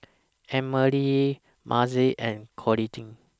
Emmalee Mazie and Coolidge